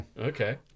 Okay